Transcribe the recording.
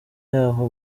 y’aho